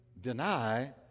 deny